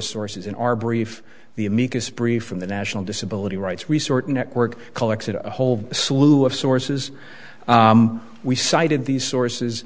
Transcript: sources in our brief the amicus brief from the national disability rights resort network collected a whole slew of sources we cited these sources